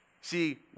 See